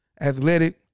athletic